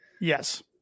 Yes